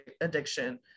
addiction